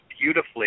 beautifully